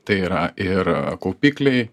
tai yra ir kaupikliai